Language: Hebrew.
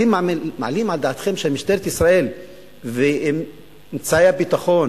אתם מעלים על דעתכם שמשטרת ישראל ואמצעי הביטחון